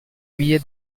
vie